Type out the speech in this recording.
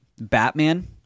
Batman